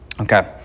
Okay